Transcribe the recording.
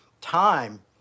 time